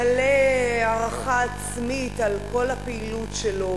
מלא הערכה עצמית על כל הפעילות שלו,